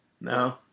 No